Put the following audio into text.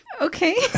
Okay